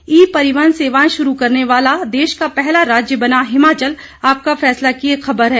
ई परिवहन सेवाएं शुरू करने वाला देश का पहला राज्य बना हिमाचल आपका फैसला की खबर है